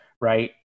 right